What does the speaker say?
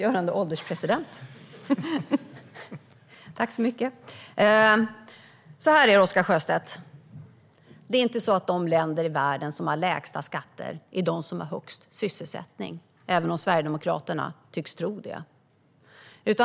Fru ålderspresident! Så här är det, Oscar Sjöstedt: Det är inte de länder i världen som har de lägsta skatterna som har högst sysselsättning, även om Sverigedemokraterna tycks tro det.